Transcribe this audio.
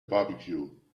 barbecue